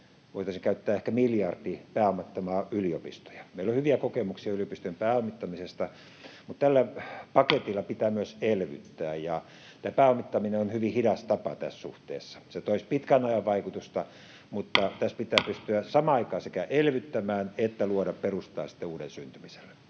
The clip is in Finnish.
voitaisiin käyttää ehkä miljardi pääomittamaan yliopistoja. Meillä on hyviä kokemuksia yliopistojen pääomittamisesta, mutta tällä paketilla pitää myös elvyttää, ja pääomittaminen on hyvin hidas tapa tässä suhteessa. Se toisi pitkän ajan vaikutusta, mutta tässä pitää pystyä samaan aikaan sekä elvyttämään että luomaan perustaa sitten uuden syntymiselle.